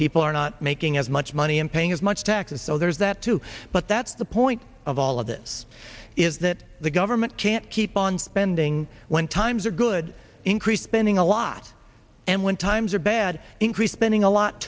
people are not making as much money and paying as much taxes so there's that too but that's the point of all of this is that the government can't keep on spending when times are good increase spending a lot and when times are bad increase spending a lot